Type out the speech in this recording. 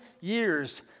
years